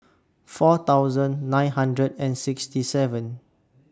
four thousand nine hundred and sixty seventh